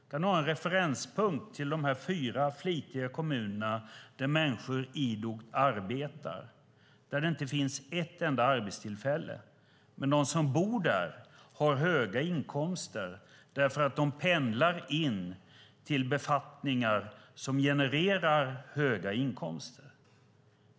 Vi kan ha en referenspunkt i de här kommunerna där flitiga människor idogt arbetar när vi talar om kommuner där det inte finns ett enda arbetstillfälle men där de som bor har höga inkomster därför att de pendlar och har befattningar som genererar höga inkomster.